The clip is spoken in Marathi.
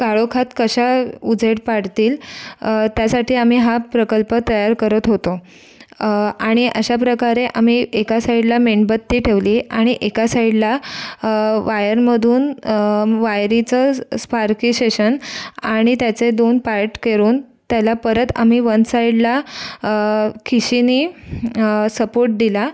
काळोखात कशा उजेड पाडतील त्यासाठी आम्ही हा प्रकल्प तयार करत होतो आणि अशाप्रकारे आम्ही एका साईडला मेणबत्ती ठेवली आणि एका साईडला वायरमधून वायरीचंच स्पार्कीसेशन आणि त्याचे दोन पार्ट करून त्याला परत आम्ही वन साईडला खिशीनी सपोर्ट दिला